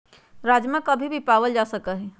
राजमा कभी भी पावल जा सका हई